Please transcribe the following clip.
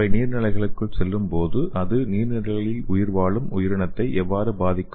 அவை நீர்நிலைகளுக்குள் செல்லும்போது அது நீர்நிலைகளில் வாழும் உயிரினத்தை எவ்வாறு பாதிக்கும்